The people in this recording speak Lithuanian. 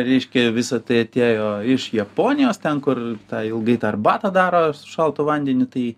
reiškia visa tai atėjo iš japonijos ten kur tą ilgai tą arbatą daro su šaltu vandeniu tai